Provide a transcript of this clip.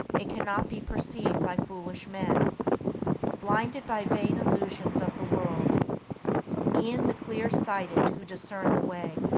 it cannot be perceived by foolish men blinded by vain illusions of the world e'en the clear-sighted who discern the way,